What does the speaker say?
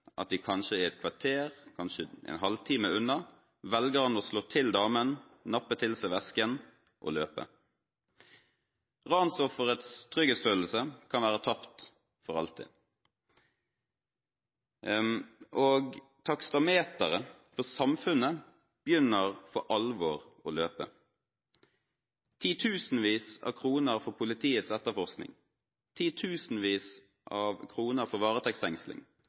at de kanskje er et kvarter, kanskje en halvtime unna – velger han å slå til damen, nappe til seg vesken og løpe. Ransofferets trygghetsfølelse kan være tapt for alltid. Taksameteret for samfunnet begynner for alvor å løpe: titusenvis av kroner for politiets etterforskning, titusenvis av kroner for varetektsfengsling,